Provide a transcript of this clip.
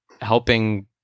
helping